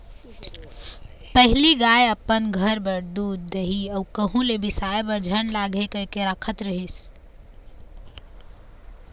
पहिली गाय अपन घर बर दूद, दही अउ कहूँ ले बिसाय बर झन लागय कहिके राखत रिहिस